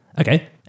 Okay